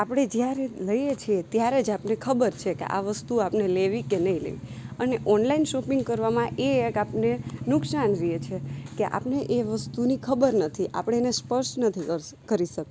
આપણે જ્યારે લઈએ છીએ ત્યારે જ આપણને ખબર છે કે આ વસ્તુ આપણે લેવી કે નહીં લેવી અને ઓનલાઇન શોપિંગ કરવામાં એ એક આપણે નુકસાન રહે છે કે આપણે એ વસ્તુની ખબર નથી આપણે એને સ્પર્શ નથી કરી શકતાં